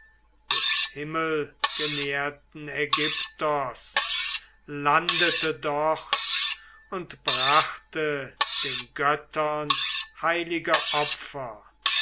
des himmelgenährten aigyptos landete dort und brachte den göttern heilige opfer